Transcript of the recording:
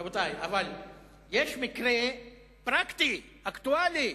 רבותי, יש מקרה פרקטי, אקטואלי,